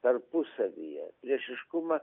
tarpusavyje priešiškumą